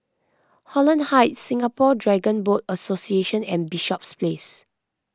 Holland Heights Singapore Dragon Boat Association and Bishops Place